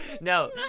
No